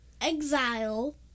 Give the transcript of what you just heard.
exile